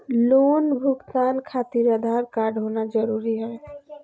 Loan भुगतान खातिर Aadhaar card होना जरूरी है?